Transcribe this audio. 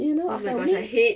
you know after I